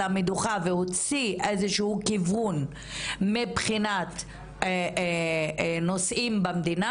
המדוכה והוציא איזשהו כיוון מבחינת נושאים במדינה,